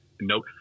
No